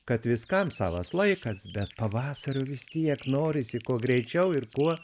kad viskam savas laikas bet pavasario vis tiek norisi kuo greičiau ir kuo